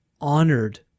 honored